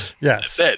Yes